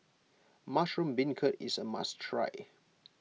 Mushroom Beancurd is a must try